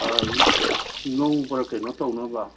ꯑꯥ ꯉꯧꯕꯔꯥ ꯀꯩꯅꯣ ꯇꯧꯅꯕ